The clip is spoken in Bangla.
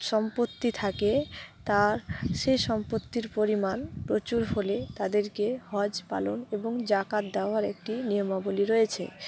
সম্পত্তি থাকে তার সেই সম্পত্তির পরিমাণ প্রচুর হলে তাদেরকে হজ পালন এবং জাকাত দেওয়ার একটি নিয়মাবলী রয়েছে